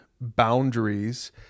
boundaries